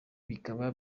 bikaba